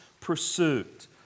pursuit